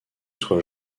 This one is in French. soit